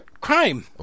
Crime